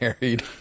married